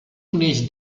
coneix